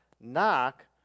Knock